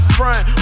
front